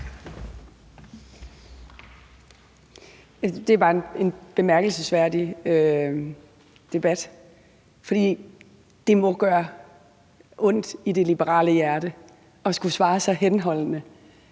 er bare en bemærkelsesværdig debat. Det må gøre ondt i det liberale hjerte at skulle svare så henholdende